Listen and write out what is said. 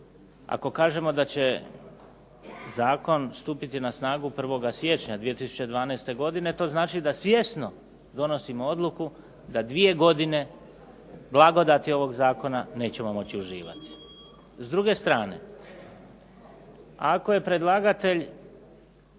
ako kažemo da će zakon stupiti na snagu 1. siječnja 2012. godine. To znači da svjesno donosimo odluku da dvije godine blagodati ovog zakona nećemo moći uživati. S druge strane ako je predlagatelj